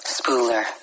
Spooler